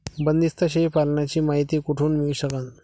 बंदीस्त शेळी पालनाची मायती कुठून मिळू सकन?